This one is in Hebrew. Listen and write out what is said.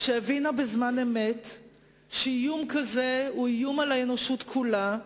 שהבינה בזמן אמת שאיום כזה הוא איום על האנושות כולה,